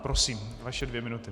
Prosím, vaše dvě minuty.